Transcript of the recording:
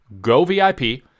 govip